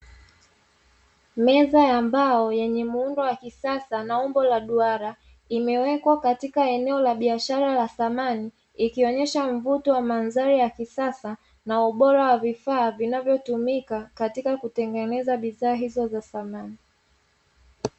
Meza ya mbao yenye muundo wa kisasa na umbo la duara, imewekwa katika eneo la biashara la samani, ikionesha mvuto wa mandhari ya kisasa na ubora wa vifaa vinavyotumika katika kutengeneza bidhaa hizo za samani.